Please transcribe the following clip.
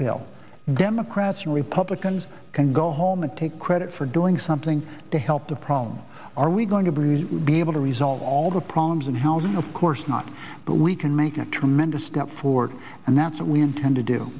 and democrats and republicans can go home and take credit for doing something to help the problem are we going to bruise be able to resolve all the problems and housing of course not but we can make a tremendous step forward and that's what we intend to do